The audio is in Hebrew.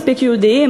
מספיק יהודיים,